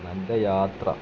നല്ല യാത്ര